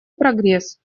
прогресс